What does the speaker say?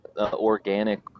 organic